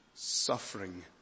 suffering